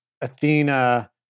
Athena